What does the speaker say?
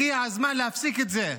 הגיע הזמן להפסיק את זה.